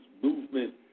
movement